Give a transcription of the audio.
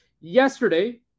yesterday